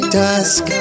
dusk